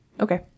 Okay